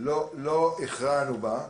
לא הכרענו בה.